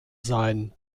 sein